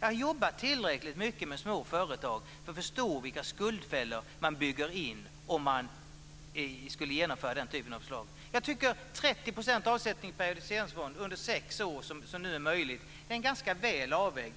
Jag har jobbat tillräckligt mycket med små företag för att förstå vilka skuldfällor man bygger in om man genomför den typen av förslag. Jag tycker att 30 % avsättning till periodiseringsfond under sex år, som nu är möjligt, är ganska väl avvägt.